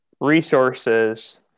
resources